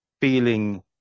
feeling